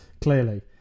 Clearly